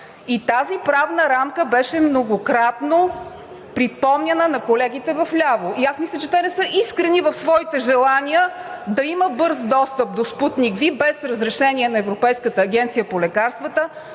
Тази правна рамка многократно беше припомняна на колегите вляво и мисля, че те не са искрени в своите желания да има бърз достъп до „Спутник V“ и без разрешение на Европейската агенция по лекарствата,